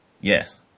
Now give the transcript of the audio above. Yes